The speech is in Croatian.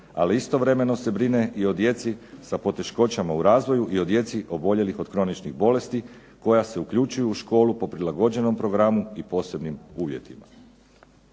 Ali istovremeno se brine i o djeci sa poteškoćama u razvoju i o djeci oboljelih od kroničnih bolesti koja se uključuju u školu po prilagođenom programu i posebnim uvjetima.